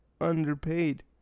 underpaid